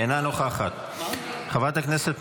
אינה נוכחת, חברת הכנסת שיר סגמן, אינה נוכחת.